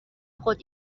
خود